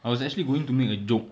I was actually going to make a joke